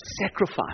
sacrifice